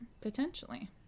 Potentially